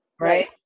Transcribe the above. right